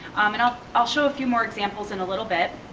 um and i'll i'll show a few more examples in a little bit.